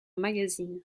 magazine